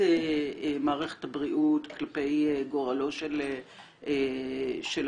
מערכת הבריאות כלפי גורלו של המטופל.